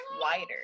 wider